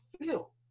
feel